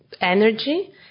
energy